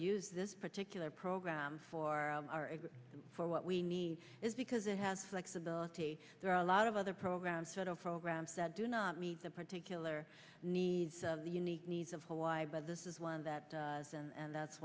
use this particular program for our for what we need is because they have flexibility there are a lot of other programs sort of programs that do not meet the particular needs of the unique needs of hawaii but this is one that has been and that's